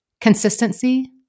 consistency